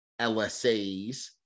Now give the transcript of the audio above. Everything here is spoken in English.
LSAs